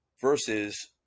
versus